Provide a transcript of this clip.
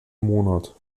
monat